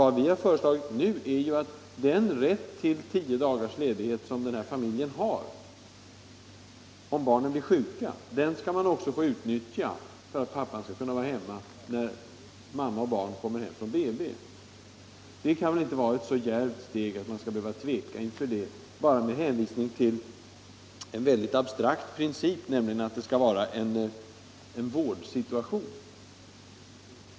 Vad vi har föreslagit nu är att den rätt till tio dagars ledighet som familjen har om barnet blir sjukt, också skall få utnyttjas för att pappan skall kunna vara hemma när mamman och barnet kommer hem från BB. Det kan väl inte vara ett så djärvt steg, att man skall behöva tveka inför det, bara med hänvisning till en mycket abstrakt princip, nämligen att det skall gälla en vårdsituation.